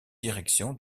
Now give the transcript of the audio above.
direction